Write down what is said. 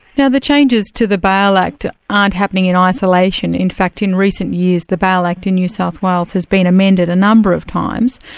now the changes to the bail act aren't happening in isolation. in fact in recent years the bail act in new south wales has been amended a number of times.